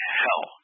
hell